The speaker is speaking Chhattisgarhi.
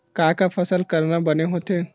का का फसल करना बने होथे?